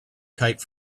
kite